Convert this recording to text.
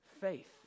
faith